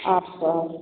अच्छा